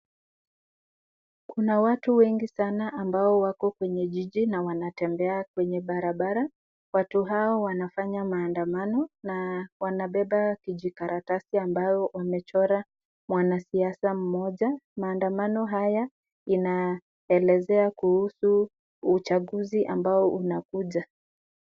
Kuna watu wengi sana ambao wako kwenye jiji na wanatembea kwenye barabara, watu hao wanafanya maandanamano na wamebeba kijikaratasi ambayo wamechora mwanasiasa mmoja. Maandamano haya yanaelezea kuhusu uchaguzi ambao unakuja.